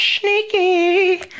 sneaky